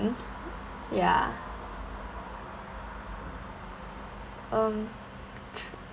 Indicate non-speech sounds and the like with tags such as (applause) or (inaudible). ya mm (noise)